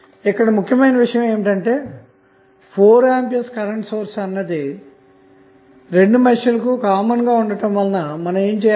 ఇక్కడ ముఖ్యమైన విషయం ఏమిటంటే 4A కరెంట్ సోర్స్ అన్నది రెండు మెష్లకు కామన్ గా ఉండటం వలన మనం ఏమి చేయగలం